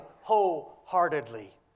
wholeheartedly